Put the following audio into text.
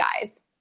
guys